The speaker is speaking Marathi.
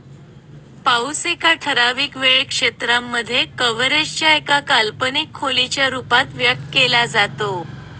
पाऊस एका ठराविक वेळ क्षेत्रांमध्ये, कव्हरेज च्या एका काल्पनिक खोलीच्या रूपात व्यक्त केला जातो